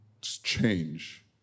change